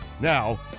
Now